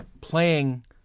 playing